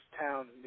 town